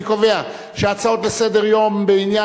אני קובע שההצעות לסדר-היום בעניין